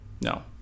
No